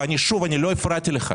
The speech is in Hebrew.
ינון, לא הפרעתי לך.